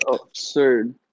absurd